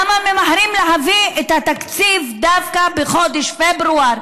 למה ממהרים להביא את התקציב דווקא בחודש פברואר